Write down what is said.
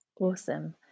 Awesome